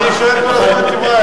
אני אשאר כל הזמן טיבייב.